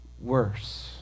worse